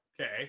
okay